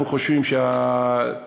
אנחנו חושבים שהתעסוקה,